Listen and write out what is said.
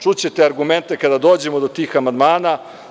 Čućete argumente kada dođemo do tih amandmana.